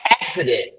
accident